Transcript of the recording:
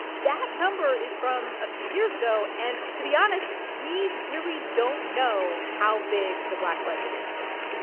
that number is from a few years ago. and to be honest, we really don't know how big the black budget is today